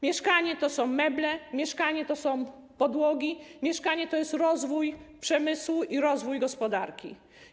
Mieszkanie to są meble, mieszkanie to są podłogi, mieszkanie to jest rozwój przemysłu i rozwój gospodarki.